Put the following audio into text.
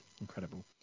Incredible